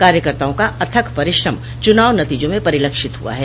कार्यकर्ताओं का अथक परिश्रम चुनाव नतीजों में परिलक्षित हुआ है